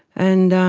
and